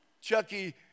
Chucky